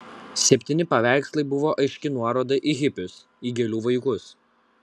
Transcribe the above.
septyni paveikslai buvo aiški nuoroda į hipius į gėlių vaikus